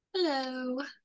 hello